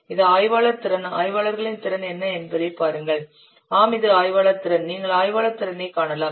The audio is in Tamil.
இது ஆய்வாளர் திறன் ஆய்வாளர்களின் திறன் என்ன என்பதைப் பாருங்கள் ஆம் இது ஆய்வாளர் திறன் நீங்கள் ஆய்வாளர் திறனைக் காணலாம்